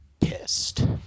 pissed